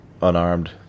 unarmed